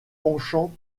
penchant